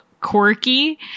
quirky